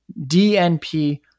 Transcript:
DNP